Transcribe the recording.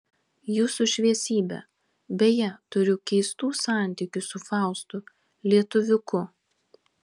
jūsų šviesybe beje turiu keistų santykių su faustu lietuviuku